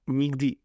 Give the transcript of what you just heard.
nikdy